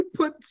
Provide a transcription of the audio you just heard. put